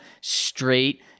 straight